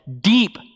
deep